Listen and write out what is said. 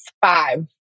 five